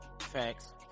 Facts